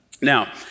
Now